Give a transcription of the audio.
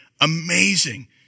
Amazing